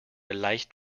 leicht